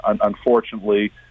unfortunately